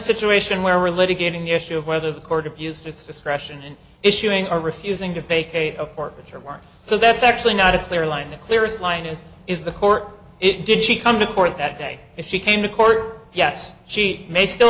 situation where we're litigating the issue of whether the court abused its discretion in issuing a refusing to take a apartment or work so that's actually not a clear line the clearest line is is the court it did she come to court that day if she came to court yes she may still